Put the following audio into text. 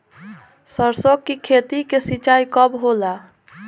सरसों की खेती के सिंचाई कब होला?